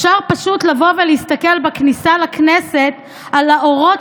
אפשר פשוט לבוא ולהסתכל בכניסה לכנסת על האורות